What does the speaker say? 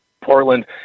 Portland